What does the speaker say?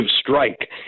strike